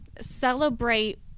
celebrate